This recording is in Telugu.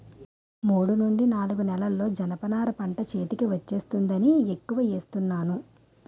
మూడు నుండి నాలుగు నెలల్లో జనప నార పంట చేతికి వచ్చేస్తుందని ఎక్కువ ఏస్తున్నాను